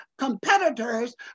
competitors